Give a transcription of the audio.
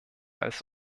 als